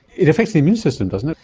it affects the immune system, doesn't it?